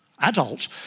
adult